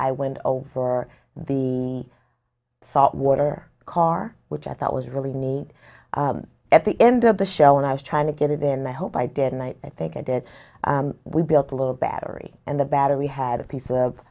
i went for the salt water car which i thought was really need at the end of the show and i was trying to get it in the hope i did and i think i did we built a little battery and the battery had a piece of